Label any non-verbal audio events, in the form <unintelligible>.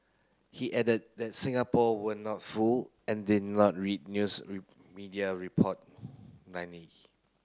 he added that Singapore were not fool and did not read news <unintelligible> media report <unintelligible>